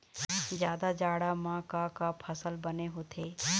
जादा जाड़ा म का का फसल बने होथे?